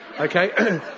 okay